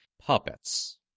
Puppets